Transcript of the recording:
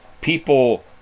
People